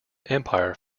empire